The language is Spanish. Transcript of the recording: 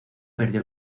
perdió